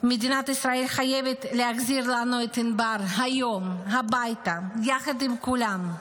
מדינת ישראל חייבת להחזיר לנו את ענבר היום הביתה יחד עם כולם.